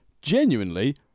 Genuinely